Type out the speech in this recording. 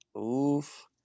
oof